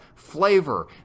flavor